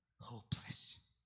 hopeless